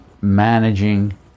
managing